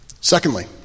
Secondly